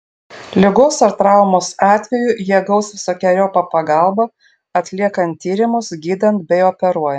ligos ar traumos atveju jie gaus visokeriopą pagalbą atliekant tyrimus gydant bei operuojant